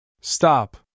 Stop